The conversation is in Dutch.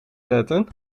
zetten